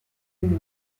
monde